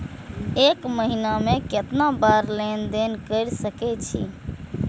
एक महीना में केतना बार लेन देन कर सके छी?